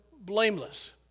blameless